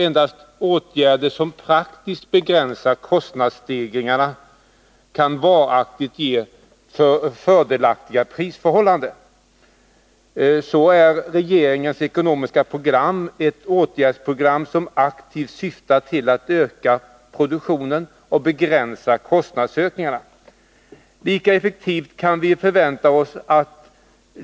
Endast åtgärder som praktiskt begränsar kostnadsstegringarna kan varaktigt ge fördelaktigare prisförhållanden. Så är regeringens ekonomiska program ett åtgärdsprogram som aktivt syftar till att öka produktionen och begränsa kostnadsökningarna.